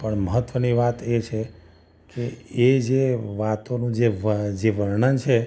પણ મહત્ત્વની વાત એ છે કે એ જે વાતોનું જે વ જે વર્ણન છે